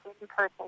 in-person